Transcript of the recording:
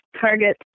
target